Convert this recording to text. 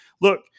Look